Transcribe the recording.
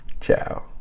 ciao